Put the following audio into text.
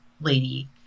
lady